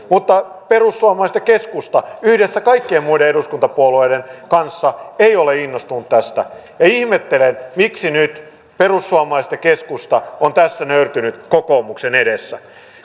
mutta perussuomalaiset ja keskusta yhdessä kaikkien muiden eduskuntapuolueiden kanssa ei ole innostunut tästä ja ihmettelen miksi nyt perussuomalaiset ja keskusta ovat tässä nöyrtyneet kokoomuksen edessä